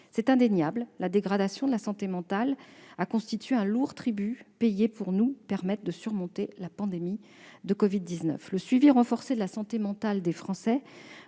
C'est indéniable, la dégradation de la santé mentale des Français a constitué un lourd tribut payé pour nous permettre de surmonter la pandémie de covid-19. Le suivi renforcé de la santé mentale des Français,